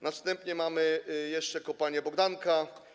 Następnie mamy jeszcze kopalnię Bogdanka.